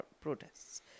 protests